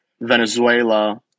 Venezuela